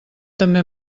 també